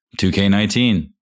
2K19